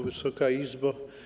Wysoka Izbo!